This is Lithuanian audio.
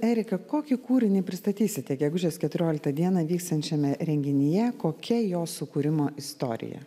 erika kokį kūrinį pristatysite gegužės keturioliktą dieną vyksiančiame renginyje kokia jo sukūrimo istorija